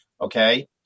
Okay